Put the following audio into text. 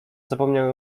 zapomniał